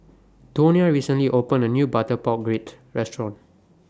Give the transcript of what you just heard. Tonia recently opened A New Butter Pork Ribs Restaurant